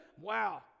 Wow